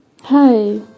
Hi